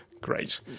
great